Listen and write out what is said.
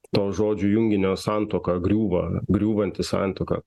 to žodžių junginio santuoka griūva griūvanti santuoka